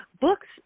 books